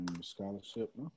Scholarship